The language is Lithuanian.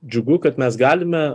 džiugu kad mes galime